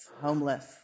homeless